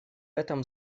этом